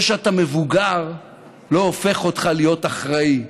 זה שאתה מבוגר לא הופך אותך להיות אחראי.